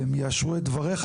והם יאשרו את דבריך,